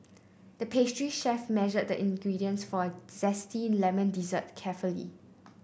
the pastry chef measured the ingredients for a zesty lemon dessert carefully